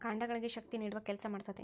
ಕಾಂಡಗಳಿಗೆ ಶಕ್ತಿ ನೇಡುವ ಕೆಲಸಾ ಮಾಡ್ತತಿ